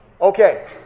Okay